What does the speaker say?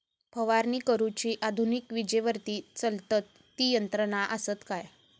फवारणी करुची आधुनिक विजेवरती चलतत ती यंत्रा आसत काय?